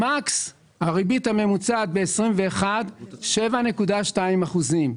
ב-מקס הריבית הממוצעת ב-2012 היא 72 אחוזים.